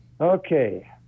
Okay